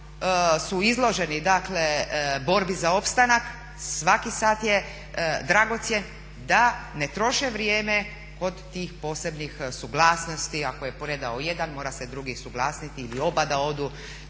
su izloženi borbi za opstanak, svaki sat je dragocjen, da ne troše vrijeme kod tih posebnih suglasnosti, ako je … jedan mora se drugi suglasiti ili oba da odu.